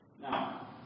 Now